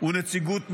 ונציגות מוסדית.